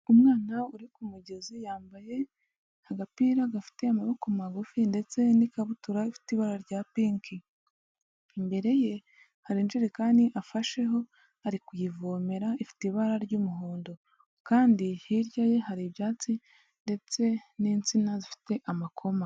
Umwana uri ku mugezi yambaye agapira gafite amaboko magufi ndetse n'ikabutura ifite ibara rya pinki, imbere ye hari anjerekani afasheho ari kuyivomera ifite ibara ry'umuhondo kandi hirya ye hari ibyatsi ndetse n'insina zifite amakoma.